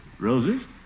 Roses